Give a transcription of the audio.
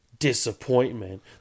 Disappointment